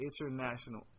international